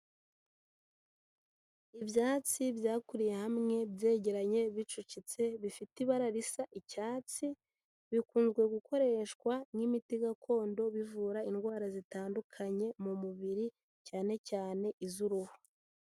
Ibyatsi byakuriye hamwe, byegeranye, bicucitse, bifite ibara risa icyatsi, bikunze gukoreshwa nk'imiti gakondo bivura indwara zitandukanye mu mubiri cyane cyane iz'uruhu.